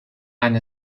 han